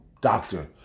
doctor